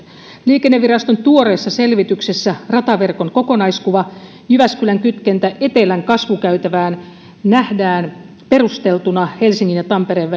liikenneviraston tuoreessa selvityksessä rataverkon kokonaiskuvassa jyväskylän kytkentä etelän kasvukäytävään nähdään perusteltuna helsingin ja tampereen